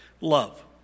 love